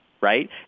right